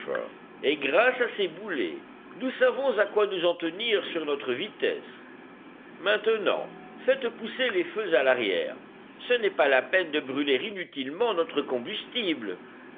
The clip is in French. et grâce à ces boulets nous savons à quoi nous en tenir sur notre vitesse maintenant faites pousser les feux à l'arrière ce n'est pas la peine de brûler inutilement notre combustible